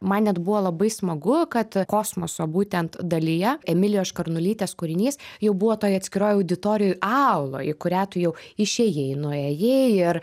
man net buvo labai smagu kad kosmoso būtent dalyje emilijos škarnulytės kūrinys jau buvo toj atskiroj auditorijoj auloj kurią tu jau išėjai nuėjai ir